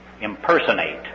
impersonate